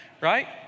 Right